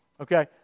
Okay